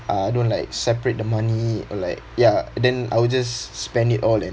I don't like separate the money or like ya then I will just spend it all and